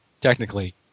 technically